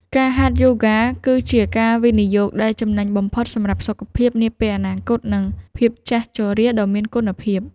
ការហាត់យូហ្គា គឺជាការវិនិយោគដែលចំណេញបំផុតសម្រាប់សុខភាពនាពេលអនាគត និងភាពចាស់ជរាដ៏មានគុណភាព។